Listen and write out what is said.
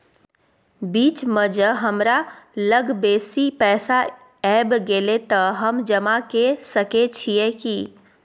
बीच म ज हमरा लग बेसी पैसा ऐब गेले त हम जमा के सके छिए की?